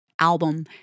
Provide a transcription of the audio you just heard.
album